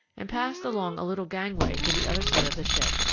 and passed along a little gangway to the other side of the ship.